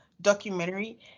documentary